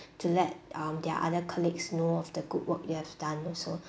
to let um their other colleagues know of the good work they have done also